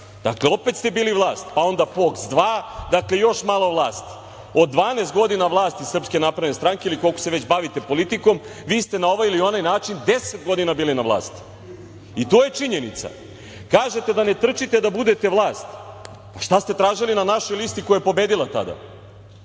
Dakle, opet ste bili vlast. Pa onda POKS dva, dakle, još malo vlasti. Od 12 godina vlasti SNS ili koliko se već bavite politikom, vi ste na ovaj ili onaj način 10 godina bili na vlasti i to je činjenica. Kažete da ne trčite da budete vlast. Šta ste tražili na našoj listi koja je pobedila tada?